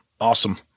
Awesome